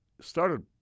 started